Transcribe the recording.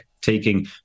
taking